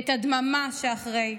/ את הדממה שאחרי?